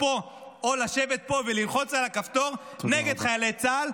פה או לשבת פה וללחוץ על הכפתור נגד חיילי צה"ל,